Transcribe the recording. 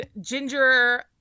Ginger